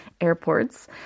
airports